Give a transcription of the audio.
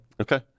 Okay